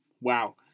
Wow